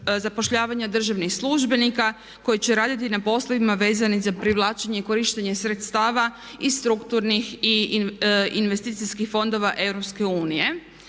zapošljavanja državnih službenika koji će raditi na poslovima vezanih za privlačenje i korištenje sredstava i strukturnih i investicijskih fondova EU.